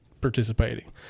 participating